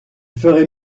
ferait